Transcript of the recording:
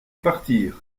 partir